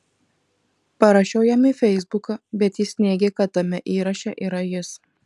parašiau jam į feisbuką bet jis neigė kad tame įraše yra jis